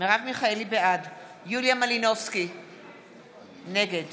בעד יוליה מלינובסקי קונין, נגד